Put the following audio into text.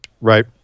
right